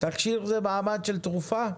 תכשיר זה מעמד של תרופה.